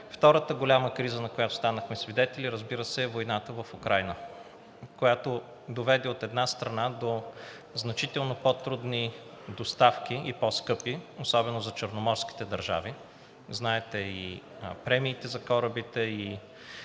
Втората голяма криза, на която станахме свидетели, разбира се, е войната в Украйна, която доведе, от една страна, до значително по-трудни и по-скъпи доставки, особено за черноморските държави. Знаете, и премиите за корабите,